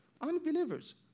unbelievers